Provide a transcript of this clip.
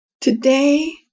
Today